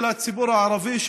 של הציבור הערבי,